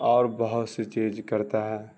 اور بہت سی چیز کرتا ہے